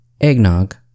eggnog